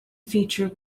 feature